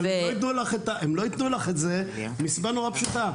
אבל הם לא יתנו לך את זה מסיבה נורא פשוטה.